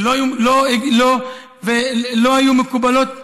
שלא היו מקובלות,